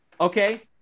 okay